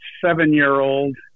seven-year-old